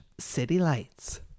citylights